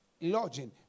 lodging